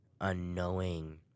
unknowing